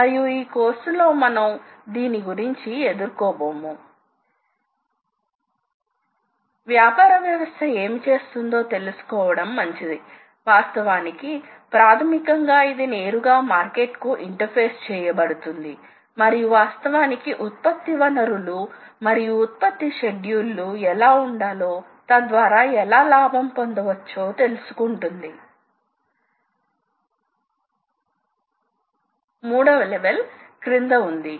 కాని సాధారణంగా మనం DC మరియు AC డ్రైవ్ లను ఉపయోగిస్తాము చాలా చిన్న విషయాల కోసం స్టెప్పర్ డ్రైవ్ లు ఉపయోగినచబడతాయి కాని అవి సాధారణంగా అంత అధిక రేటింగ్ కాదు కాబట్టి DC మరియు AC డ్రైవ్ లు సాధారణంగా ఉపయోగించబడతాయి ఎక్కువగా DC డ్రైవ్ లు DC మరియు BLDC డ్రైవ్ లు కాబట్టి మనం ఈ డ్రైవ్ లను వివరంగా చూస్తాము మన పాఠాలలో డ్రైవ్ లలో మరికొన్ని వివరాలను చూస్తాము